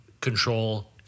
control